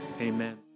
Amen